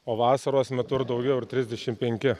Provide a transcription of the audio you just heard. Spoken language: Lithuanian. o vasaros metu ir daugiau ir trisdešimt penki